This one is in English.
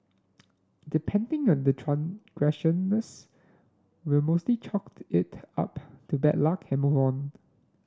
depending on the transgressions we mostly chalk it up to bad luck and move on